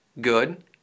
good